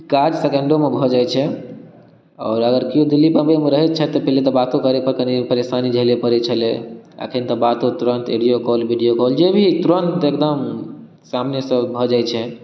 काज सकेंडोमे भऽ जाइ छै आओर अगर केओ दिल्ली बम्बई मे रहे छथि तऽ पहले तऽ बातो करे मे कनी परेशानी परै छलै अखन तऽ बातो तुरन्त ऑडिओ कॉल विडीओ कॉल जे भी तुरन्त एकदम सामने सँ भऽ जाइ छै